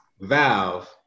Valve